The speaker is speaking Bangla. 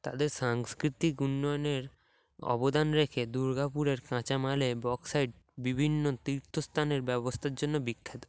তাদের সাংস্কৃতিক উন্নয়নের অবদান রেখে দুর্গাপুরের কাঁচামালে বক্সাইড বিভিন্ন তীর্থস্থানের ব্যবস্থার জন্য বিখ্যাত